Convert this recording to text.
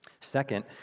Second